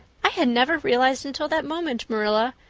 i had never realized until that moment, marilla,